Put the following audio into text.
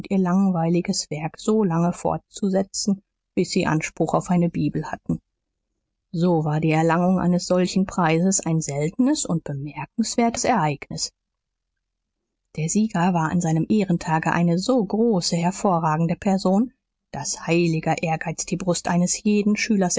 ihr langweiliges werk solange fortzusetzen bis sie anspruch auf eine bibel hatten so war die erlangung eines solchen preises ein seltenes und bemerkenswertes ereignis der sieger war an seinem ehrentage eine so große hervorragende person daß heiliger ehrgeiz die brust eines jeden schülers